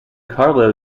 carlo